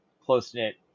close-knit